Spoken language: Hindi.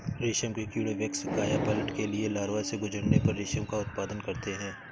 रेशम के कीड़े वयस्क कायापलट के लिए लार्वा से गुजरने पर रेशम का उत्पादन करते हैं